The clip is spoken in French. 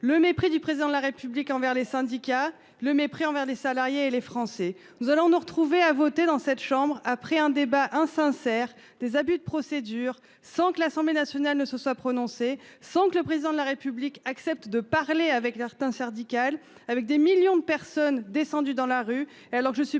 le mépris du président de la République envers les syndicats. Le mépris envers les salariés et les Français. Nous allons nous retrouver à voter dans cette chambre après un débat hein sincère des abus de procédure sans que l'Assemblée nationale ne se soit prononcée, sans que le président de la République accepte de parler avec l'Dicale avec des millions de personnes descendues dans la rue